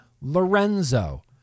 Lorenzo